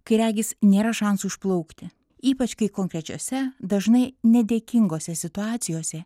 kai regis nėra šansų išplaukti ypač kai konkrečiose dažnai nedėkingose situacijose